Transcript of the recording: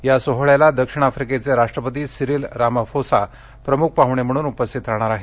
या सोहोळ्याला दक्षिण आफ्रिकेचे राष्ट्रपती सिरील रामाफोसा प्रमुख पाहुणे म्हणून उपस्थित राहणार आहेत